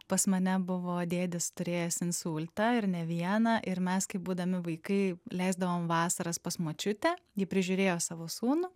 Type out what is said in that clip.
pas mane buvo dėdės turėjęs insultą ir ne vieną ir mes kai būdami vaikai leisdavom vasaras pas močiutę ji prižiūrėjo savo sūnų